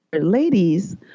ladies